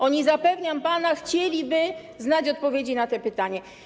Oni, zapewniam pana, chcieliby znać odpowiedzi na to pytanie.